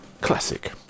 classic